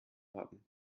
haben